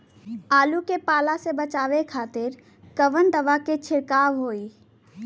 आलू के पाला से बचावे के खातिर कवन दवा के छिड़काव होई?